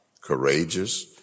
courageous